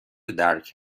درک